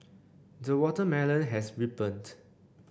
the watermelon has ripened